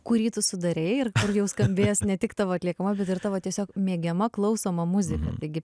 kurį tu sudarei ir jau skambės ne tik tavo atliekama bet ir tavo tiesiog mėgiama klausoma muzika taigi